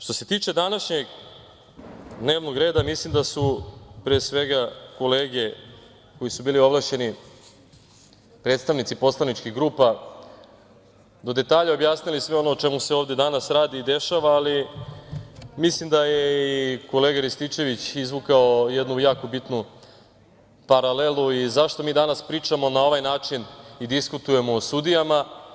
Što se tiče današnjeg dnevnog reda, mislim da su pre svega kolege koji su bili ovlašćeni predstavnici poslaničkih grupa do detalja objasnili sve ono o čemu se ovde danas radi i dešava, ali mislim da je i kolega Rističević izvukao jednu jako bitnu paralelu i zašto mi danas pričamo na ovaj način i diskutujemo o sudijama.